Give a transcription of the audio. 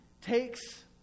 takes